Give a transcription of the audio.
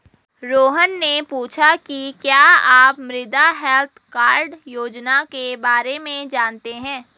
रोहन ने पूछा कि क्या आप मृदा हैल्थ कार्ड योजना के बारे में जानते हैं?